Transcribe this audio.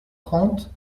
trente